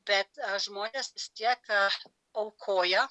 bet žmonės vis tiek aukoja